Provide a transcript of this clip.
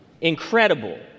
incredible